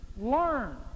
Learn